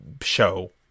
show